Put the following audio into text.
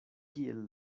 kiel